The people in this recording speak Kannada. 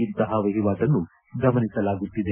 ಇಂತಹ ವಹಿವಾಟನ್ನು ಗಮನಿಸಲಾಗುತ್ತಿದೆ